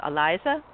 Eliza